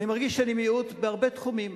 אני מרגיש שאני מיעוט בהרבה תחומים.